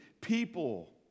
people